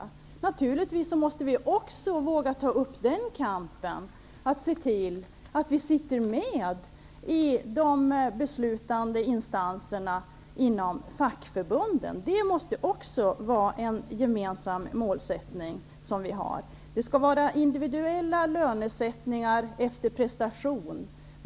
Vi måste naturligtvis också våga ta upp den kampen och se till att kvinnor sitter med i de beslutande instanserna i fackförbunden. Det måste också vara en gemensam målsättning för oss. Det skall vara individuell lönesättning efter prestation.